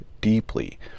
deeply